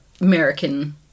American